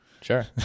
sure